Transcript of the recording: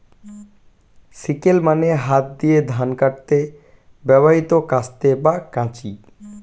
sickle মানে হাত দিয়ে ধান কাটতে ব্যবহৃত কাস্তে বা কাঁচি